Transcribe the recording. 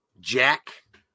Jack